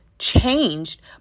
Changed